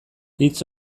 hitz